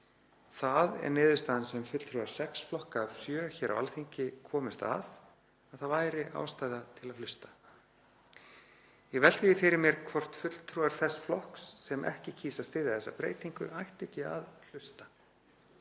Það er niðurstaðan sem fulltrúar sex flokka af sjö hér á Alþingi komust að, að það væri ástæða til að hlusta. Ég velti því fyrir mér hvort fulltrúar þess flokks sem ekki kýs að styðja þessa breytingu ættu ekki að hlusta.